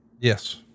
Yes